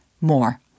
more